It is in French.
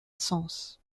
sens